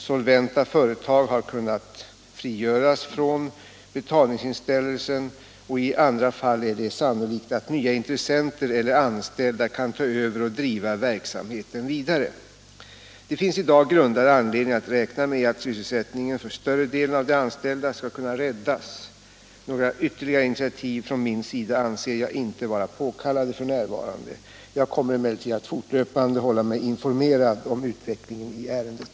Solventa företag har kunnat frigöras från betalningsinställelsen och i andra fall är det sannolikt att nya intressenter eller anställda kan ta över och driva verksamheten vidare. Det finns i dag grundad anledning att räkna med att sysselsättningen för större delen av de anställda skall kunna räddas. Några ytterligare initiativ från min sida anser jag inte vara påkallade f. n. Jag kommer emellertid att fortlöpande hålla mig informerad om utvecklingen i ärendet.